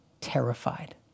terrified